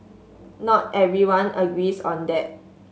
not everyone agrees on that